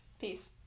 Peace